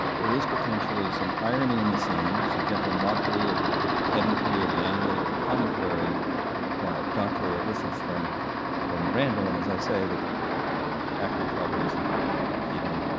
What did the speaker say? there is potentially some irony in the scene, some gentle mockery of the potentially of the analytic commentary dante elicits from from randall and as i say the actor probably hasn't even